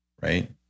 Right